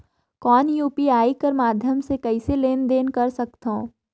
कौन यू.पी.आई कर माध्यम से कइसे लेन देन कर सकथव?